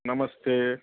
नमस्ते